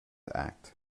act